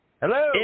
Hello